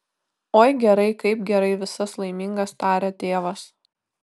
oi gerai kaip gerai visas laimingas taria tėvas